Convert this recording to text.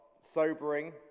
sobering